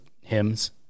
hymns